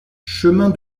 chemin